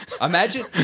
Imagine